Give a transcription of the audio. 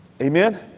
Amen